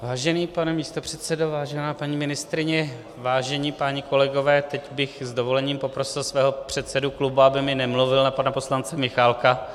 Vážený pane místopředsedo, vážená paní ministryně, vážení páni kolegové, teď bych s dovolením poprosil svého předsedu klubu, aby mi nemluvil na pana poslance Michálka.